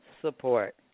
support